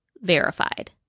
verified